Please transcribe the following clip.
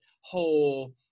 whole